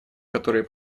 которые